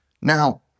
Now